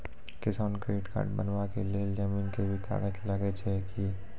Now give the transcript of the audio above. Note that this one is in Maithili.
किसान क्रेडिट कार्ड बनबा के लेल जमीन के भी कागज लागै छै कि?